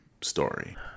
story